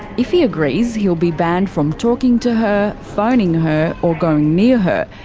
if he agrees, he will be banned from talking to her, phoning her, or going near her.